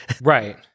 Right